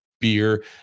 beer